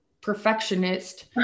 perfectionist